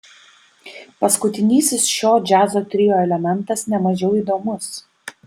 paskutinysis šio džiazo trio elementas ne mažiau įdomus